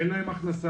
אין להם הכנסה,